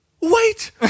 wait